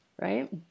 right